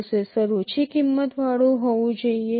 processor ઓછી કિંમતવાળુ હોવું જોઈએ